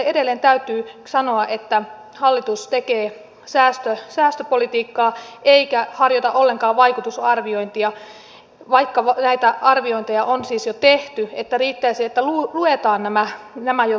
edelleen täytyy sanoa että hallitus tekee säästöpolitiikkaa eikä harjoita ollenkaan vaikutusarviointia vaikka näitä arviointeja on siis jo tehty niin että riittäisi että luetaan nämä jo valmiiksi tehdyt tutkimukset